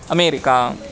America